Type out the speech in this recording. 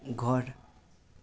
घर